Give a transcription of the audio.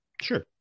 Sure